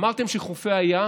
אמרתם שחופי הים,